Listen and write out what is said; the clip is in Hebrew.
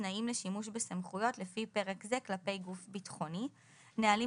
תנאים לשימוש בסמכויות לפי פרק זה כלפי גוף ביטחוני; נהלים